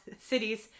cities